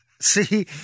See